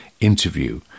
interview